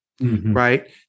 right